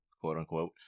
quote-unquote